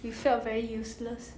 we felt very useless